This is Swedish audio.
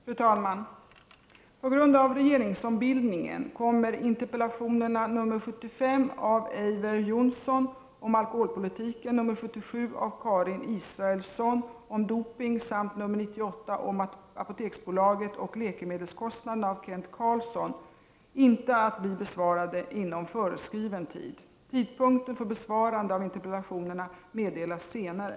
Fru talman! På grund av regeringsombildningen kommer interpellation 1989 90:77 av Karin Israelsson om doping samt 1989/90:98 av Kent Carlsson om Apoteksbolaget och läkemedelskostnaderna inte att bli besvarade inom föreskriven tid. Tidpunkt för besvarande av interpellationerna meddelas senare.